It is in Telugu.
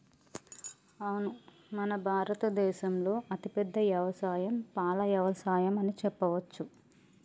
అవును మన భారత దేసంలో అతిపెద్ద యవసాయం పాల యవసాయం అని చెప్పవచ్చు